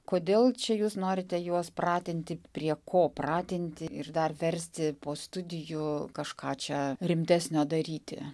kodėl čia jūs norite juos pratinti prie ko pratinti ir dar versti po studijų kažką čia rimtesnio daryti